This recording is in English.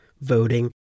voting